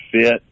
fit